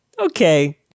Okay